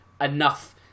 enough